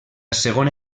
segona